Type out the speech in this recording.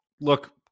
look